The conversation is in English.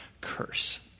curse